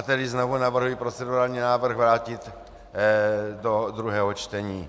Tedy znovu navrhuji procedurální návrh vrátit do druhého čtení.